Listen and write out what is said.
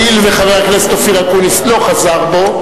הואיל וחבר הכנסת אופיר אקוניס לא חזר בו,